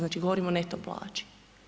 Znači govorim o neto plaći.